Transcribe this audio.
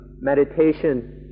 meditation